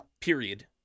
period